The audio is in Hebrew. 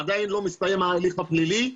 עדיין לא הסתיים ההליך הפלילי.